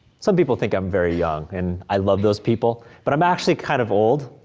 some people think i'm very young, and i love those people, but i'm actually kind of old.